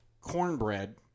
cornbread